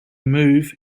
move